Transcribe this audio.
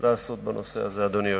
לעשות בנושא הזה, אדוני היושב-ראש.